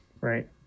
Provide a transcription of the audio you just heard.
Right